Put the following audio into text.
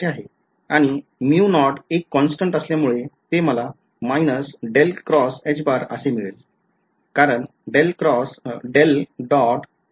आणि mu naught एक constant असल्यामुळे ते मलाअसेल मिळेल